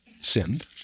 sinned